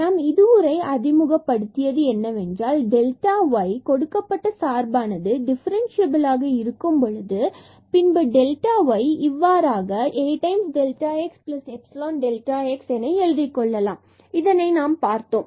நாம் இதுவரை அறிமுகப்படுத்தியது என்னவென்றால் டெல்டா y கொடுக்கப்பட்ட சார்பானது டிஃபரண்ட்சியபிலாக இருக்கும் பொழுது பின்பு டெல்டாவை y இவ்வாறாக AxϵΔx எழுதிக்கொள்ளலாம் இதனை நாம் பார்த்தோம்